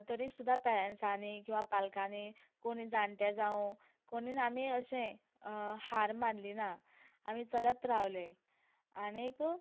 तरी सुद्दां पेरेंन्ट्सानीं किंवां पालकांनीं कोणी जाणटे जावं कोणीन आमी अशें हार मानली ना आमी चलत रावली आनीक